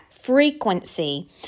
frequency